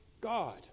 God